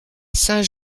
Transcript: saint